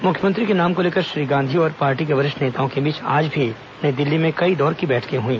मुख्यमंत्री के नाम को लेकर श्री गांधी और पार्टी के वरिष्ठ नेताओं के बीच आज भी नई दिल्ली में कई दौर की बैठकें हई